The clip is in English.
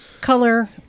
color